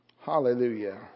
Hallelujah